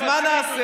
אז מה נעשה?